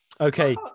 Okay